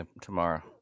tomorrow